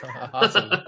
awesome